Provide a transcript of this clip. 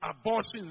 abortion